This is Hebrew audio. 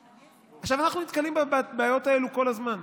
עכשיו, אנחנו נתקלים בבעיות האלה כל הזמן.